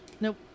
Nope